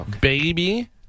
Baby